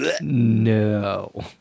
no